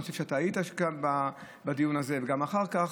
אני חושב שאתה היית כאן בדיון הזה וגם אחר כך.